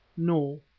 no,